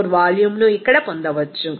14 వాల్యూమ్ను ఇక్కడ పొందవచ్చు